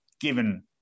given